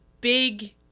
big